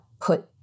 put